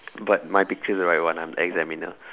but my picture's the right one I'm the examiner